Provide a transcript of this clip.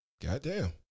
Goddamn